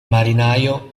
marinaio